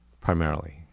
primarily